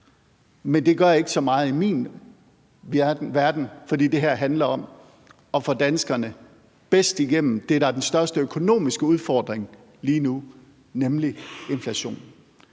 men det gør ikke så meget i min verden. For det her handler om at få danskerne bedst igennem det, der er den største økonomiske udfordring lige nu, nemlig inflationen.